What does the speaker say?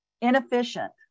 inefficient